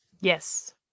yes